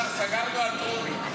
, סגרנו על טרומית.